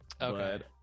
Okay